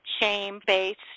shame-based